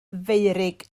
feurig